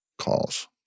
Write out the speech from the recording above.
calls